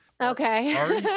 Okay